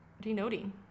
denoting